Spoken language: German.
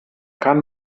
kann